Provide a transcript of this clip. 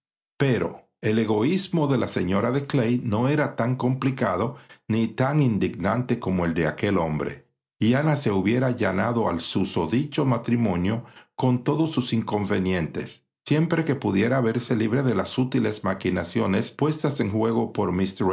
pero el egoísmo de la señora de clay no era tan complicado ni tan indignante como el de aquel hombre y ana se hubiera allanado al susodicho matrimonio con todos sus inconvenientes siempre que pudiera verse libre de las sutiles maquinaciones puestas en juego por